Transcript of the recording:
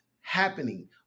happening